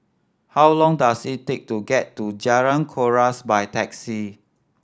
how long does it take to get to Jalan Kuras by taxi